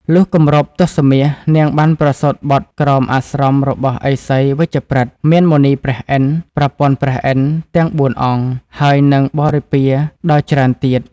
លុះគម្រប់ទសមាសនាងបានប្រសូត្របុត្រក្រោមអាស្រមរបស់ឥសីវជ្ជប្រិត មានមុនីព្រះឥន្ទ្រ ប្រពន្ធព្រះឥន្ទ្រទាំងបួនអង្គ ហើយនិងបរិពារដ៏ច្រើនទៀត។